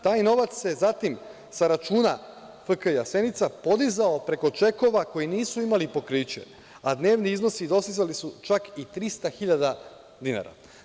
Taj novac se zatim sa računa FK „Jasenica“, podizao preko čekova koji nisu imali pokriće, a dnevni iznosi dostizali su čak i 300.000 dinara.